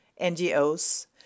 NGOs